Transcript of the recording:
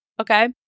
Okay